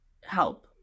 help